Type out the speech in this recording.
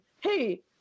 hey